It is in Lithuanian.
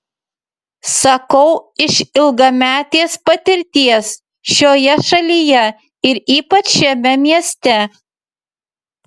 sakau iš ilgametės patirties šioje šalyje ir ypač šiame mieste